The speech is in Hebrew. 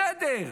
בסדר,